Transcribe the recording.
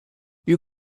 you